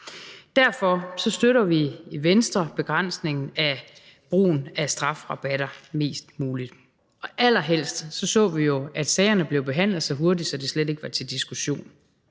Derfor støtter vi i Venstre begrænsningen af brug af strafrabatter mest muligt. Allerhelst så vi jo, at sagerne blev behandlet så hurtigt, at det slet ikke var til diskussion.